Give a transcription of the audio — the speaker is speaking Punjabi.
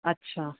ਅੱਛਾ